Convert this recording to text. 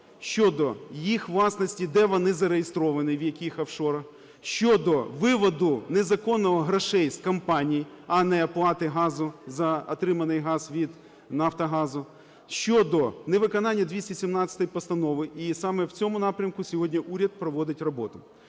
щодо їх власності, де вони зареєстровані, в яких офшорах, щодо виводу незаконно грошей з компаній, а не оплати газу за отриманий газ від "Нафтогазу", щодо невиконання 217 Постанови. І саме в цьому напрямку сьогодні уряд проводить роботу.